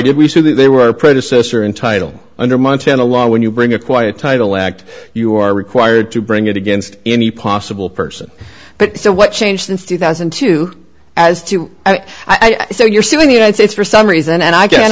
did we say that they were predecessor in title under montana law when you bring a quiet title act you are required to bring it against any possible person but so what changed since two thousand and two as to you and i so you're still in the united states for some reason and i can